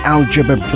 Algebra